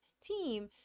team